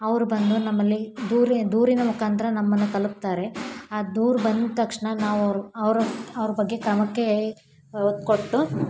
ಅವ್ರು ಬಂದು ನಮ್ಮಲ್ಲಿ ದೂರ ದೂರಿನ ಮುಖಾಂತರ ನಮ್ಮನ್ನು ತಲುಪ್ತಾರೆ ಆ ದೂರು ಬಂದ ತಕ್ಷಣ ನಾವು ಅವರ ಅವ್ರ ಅವ್ರ ಬಗ್ಗೆ ಕ್ರಮಕ್ಕೆ ಕೊಟ್ಟು